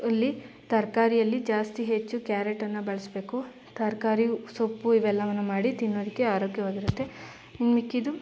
ಅಲ್ಲಿ ತರಕಾರಿಯಲ್ಲಿ ಜಾಸ್ತಿ ಹೆಚ್ಚು ಕ್ಯಾರೆಟನ್ನು ಬಳಸಬೇಕು ತರಕಾರಿ ಸೊಪ್ಪು ಇವೆಲ್ಲವನ್ನು ಮಾಡಿ ತಿನ್ನೋದಕ್ಕೆ ಆರೋಗ್ಯವಾಗಿರುತ್ತೆ ಇನ್ನು ಮಿಕ್ಕಿದ್ದು